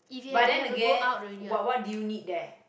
but then again what what do you need there